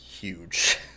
huge